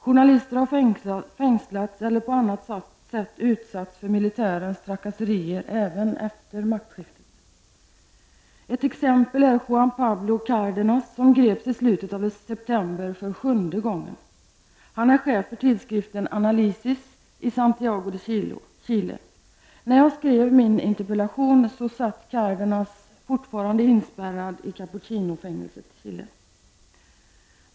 Journalister har fängslats eller på annat sätt utsatts för militärens trakasserier även efter maktskiftet. Ett exempel är Juan Pablo Cárdenas, som i slutet av september greps för sjunde gången. Han är chef för tidskriften Análisis i Santiago de Chile. När jag skrev min interpellation, satt Cárdenas fortfarande inspärrad i Capuchinofängelset i Chile.